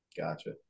Gotcha